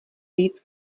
víc